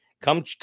come